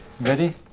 Ready